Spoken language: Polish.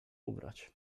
ubrać